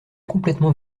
complètement